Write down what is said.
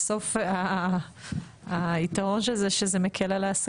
שבסוף היתרון של זה, זה שזה מקל על העסקים?